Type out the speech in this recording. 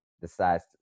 decides